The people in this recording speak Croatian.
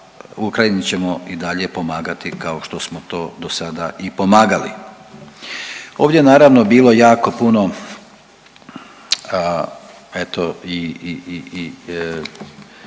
Ukrajini ćemo i dalje pomagati kao što smo to dosada i pomagali. Ovdje je naravno bilo jako puno eto i,